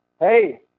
Hey